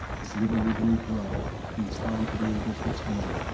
his liver would regrow in time for the eagle's return.